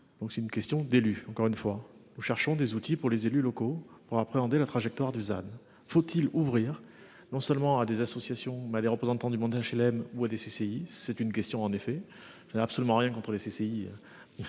Donc c'est une question d'élus encore une fois, nous cherchons des outils pour les élus locaux pour appréhender la trajectoire Dusan faut-il ouvrir non seulement à des associations ma des représentants du monde HLM ou à des CCI. C'est une question en effet. Je n'ai absolument rien contre les CCI.